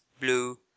blue